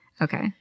Okay